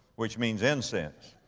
which means incense,